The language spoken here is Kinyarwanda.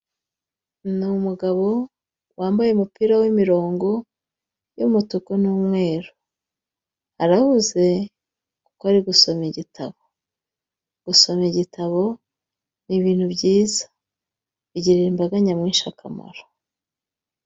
Ni umugabo wambaye umupira w'imirongo y'umutuku n'umweru arahuze kuko ari gusoma igitabo, gusoma igitabo ni ibintu byiza bigirira imbaga nyamwinshi akamaro.